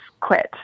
quit